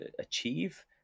achieve